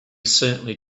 certainly